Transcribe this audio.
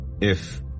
If